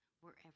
wherever